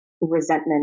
resentment